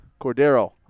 Cordero